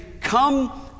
come